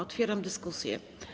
Otwieram dyskusję.